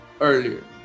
earlier